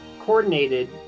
coordinated